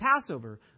Passover